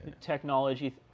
technology